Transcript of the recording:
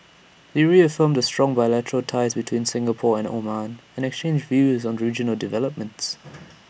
they reaffirmed the strong bilateral ties between Singapore and Oman and exchanged views on regional developments